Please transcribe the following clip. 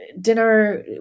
Dinner